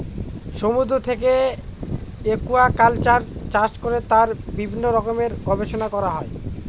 সমুদ্র থেকে একুয়াকালচার চাষ করে তার বিভিন্ন রকমের গবেষণা করা হয়